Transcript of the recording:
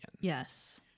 Yes